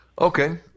Okay